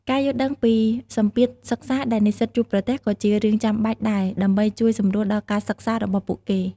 ការយល់ដឹងពីសម្ពាធសិក្សាដែលនិស្សិតជួបប្រទះក៏ជារឿងចាំបាច់ដែរដើម្បីជួយសម្រួលដល់ការសិក្សារបស់ពួកគេ។